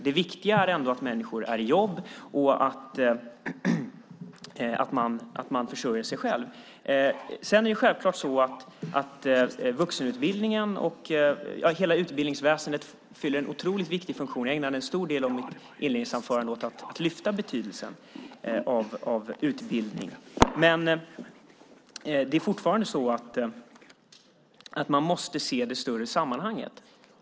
Det viktiga är ändå att människor är i jobb och att man försörjer sig själv. Sedan är det självklart så att vuxenutbildningen och hela utbildningsväsendet fyller en otroligt viktig funktion. Jag ägnade en stor del av mitt inledningsanförande åt att lyfta fram betydelsen av utbildning, men det är fortfarande så att man måste se det större sammanhanget.